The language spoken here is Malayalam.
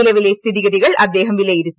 നിലവിലെ സ്ഥിതിഗതികൾ അദ്ദേഹം വിലയിരുത്തി